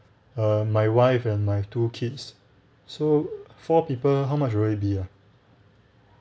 err my wife and my two kids so four people how much will it be ah